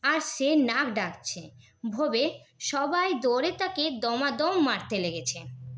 আর সে নাক ডাকছে ভবে সবাই দৌড়ে তাকে দমাদম মারতে লেগেছে